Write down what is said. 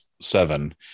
seven